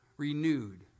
renewed